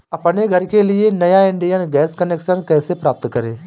अपने घर के लिए नया इंडियन गैस कनेक्शन कैसे प्राप्त करें?